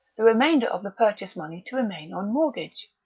the remainder of the purchase-money to remain on mortgage.